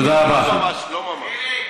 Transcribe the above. לא ממש.